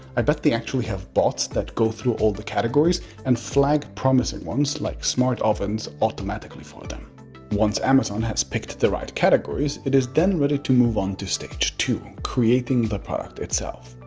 i bet they actually have bots that go through all the categories and flag promising ones, like smart ovens, automatically for them once amazon has picked the right categories, it is then ready to move on to so stage two creating the product itself,